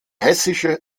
hessische